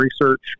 research